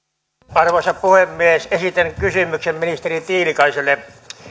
arvoisa puhemies esitän kysymyksen ministeri tiilikaiselle